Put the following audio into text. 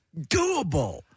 doable